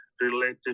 related